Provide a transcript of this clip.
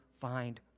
find